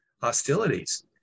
hostilities